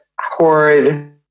horrid